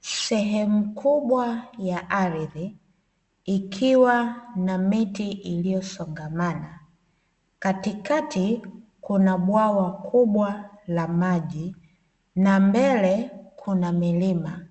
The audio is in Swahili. Sehemu kubwa ya ardhi ikiwa na miti iliyosongamana katikati kuna bwawa kubwa la maji na mbele kuna milima,